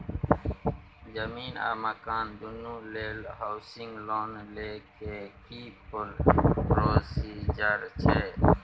जमीन आ मकान दुनू लेल हॉउसिंग लोन लै के की प्रोसीजर छै?